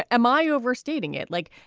am i overstating it? like,